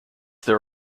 there